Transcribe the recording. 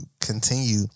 Continue